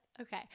Okay